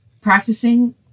practicing